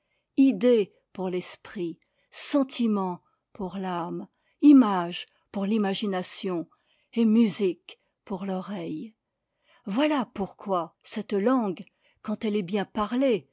idée pour l'esprit sentiment pour l'ame image pour l'imagination et musique pour l'oreille voilà pourquoi cette lan gue quand elle est bien parlée